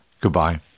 Goodbye